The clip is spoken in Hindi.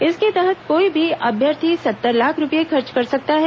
इसके तहत कोई भी अभ्यर्थी सत्तर लाख रूपए खर्च कर सकता है